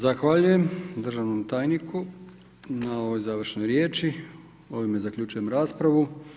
Zahvaljujem državnom tajniku na ovoj završnoj riječi, ovime zaključujem raspravu.